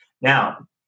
Now